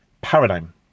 Paradigm